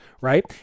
right